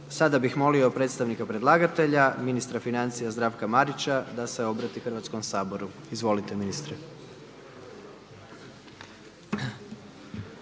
Sada bih molio predstavnika predlagatelja ministra financija Zdravka Marića da se obrati Hrvatskom saboru. Izvolite ministre.